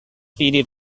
period